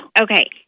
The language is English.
Okay